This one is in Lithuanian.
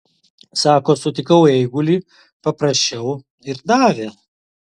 sako sutikau eigulį paprašiau ir davė